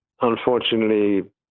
unfortunately